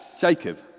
Jacob